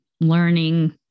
learning